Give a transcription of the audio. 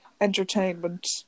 entertainment